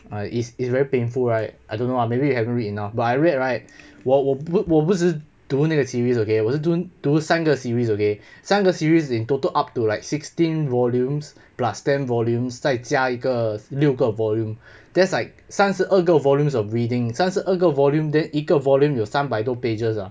err it's it's very painful right I don't know lah maybe you haven't read enough but I read right 我我我不是读那个 series okay 我是读读三个 series okay 三个 series is total up to like sixteen volumes plus ten volumes 再加一个六个 volume that's like 三十二个 volumes of reading 三十二个 volume then 一个 volume 有三百多 pages ah